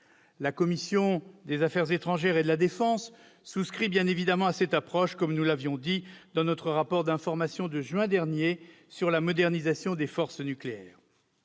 La commission des affaires étrangères, de la défense et des forces armées souscrit à cette approche, comme nous l'avons dit dans notre rapport d'information de juin dernier sur la modernisation des forces nucléaires.